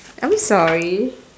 I'm sorry